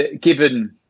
Given